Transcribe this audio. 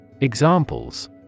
Examples